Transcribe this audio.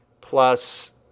Plus